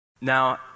Now